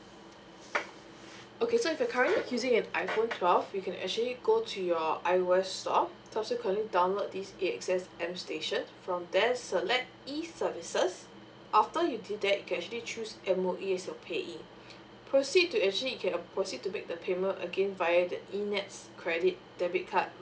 okay so if you are currently using an iphone twelve you can actually go to your ios store subsequently download this a x s m station from there select e services after you do that you can actually choose M_O_E as your payee proceed to actually you can proceed to make the payment again via the e nets credit debit card